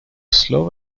слов